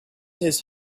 his